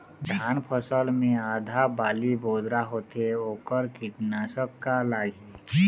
धान फसल मे आधा बाली बोदरा होथे वोकर कीटनाशक का लागिही?